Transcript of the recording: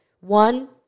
One